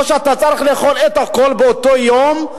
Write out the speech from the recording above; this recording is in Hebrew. או שאתה צריך לאכול את הכול באותו יום,